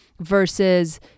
versus